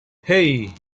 hey